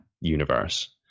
universe